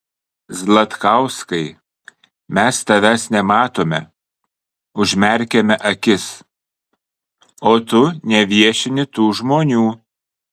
zlatkauskai mes tavęs nematome užmerkiame akis o tu neviešini tų žmonių